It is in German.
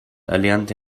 erlernte